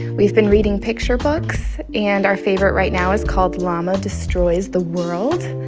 we've been reading picture books. and our favorite right now is called llama destroys the world,